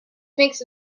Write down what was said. makes